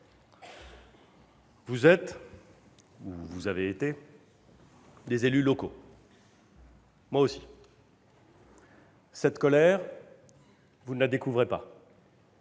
Vous êtes ou avez été des élus locaux. Moi aussi. Cette colère, vous ne la découvrez pas.